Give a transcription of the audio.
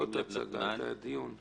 לא את ההצגה, את הדיון.